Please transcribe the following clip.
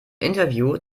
interview